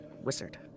Wizard